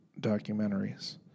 documentaries